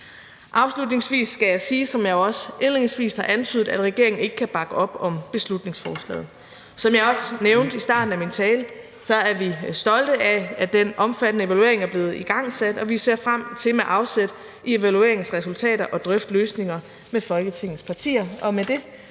Afslutningsvis skal jeg sige, som jeg også indledningsvis antydede, at regeringen ikke kan bakke op om beslutningsforslaget. Som jeg også nævnte i starten af min tale, er vi stolte af, at den omfattende evaluering er blevet igangsat, og vi ser frem til med afsæt i evalueringens resultater at drøfte løsninger med Folketingets partier.